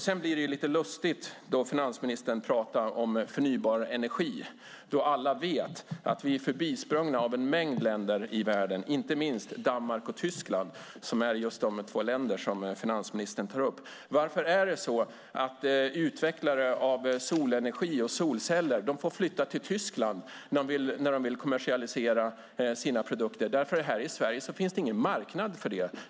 Sedan blir det lite lustigt när finansministern pratar om förnybar energi, då alla vet att vi är förbisprungna av en mängd länder i världen, inte minst Danmark och Tyskland som är just de två länder som finansministern tar upp. Varför är det så att utvecklare av solenergi och solceller får flytta till Tyskland när de vill kommersialisera sina produkter? Här i Sverige finns det ingen marknad för det.